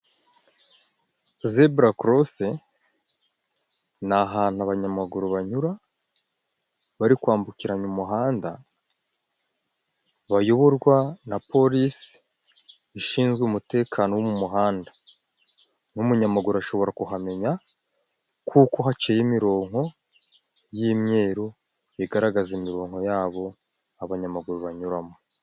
Zebura korose ni ahantu abanyamaguru banyura bari kwambukiranya umuhanda, bayoborwa na polisi ishinzwe umutekano wo mu muhanda, n'umunyamaguru ashobora kuhamenya kuko haciye imirongo y' imyeru igaragaza imironko yabo, abanyamaguru banyuramo.